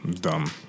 dumb